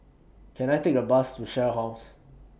Can I Take A Bus to Shell House